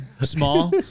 small